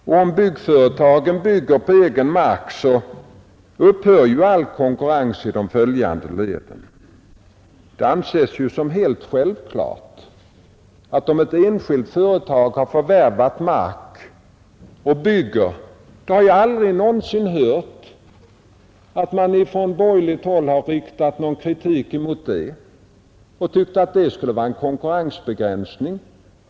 Om byggföretagen bygger på egen mark upphör ju all konkurrens i de följande leden. Jag har dock aldrig någonsin hört att man från borgerligt håll riktat någon kritik mot att ett enskilt företag har förvärvat mark och bygger på det och tyckt att detta skulle vara en konkurrensbegränsning.